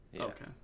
okay